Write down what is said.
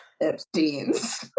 epstein's